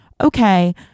okay